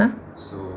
(uh huh)